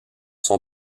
son